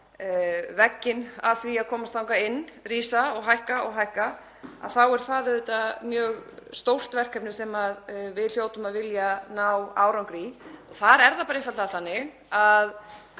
vegginn að því að komast þangað inn rísa og hækka og hækka, þá er það auðvitað mjög stórt verkefni sem við hljótum að vilja ná árangri í. Þar er það bara einfaldlega, þannig að